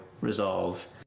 Resolve